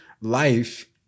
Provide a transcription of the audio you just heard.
life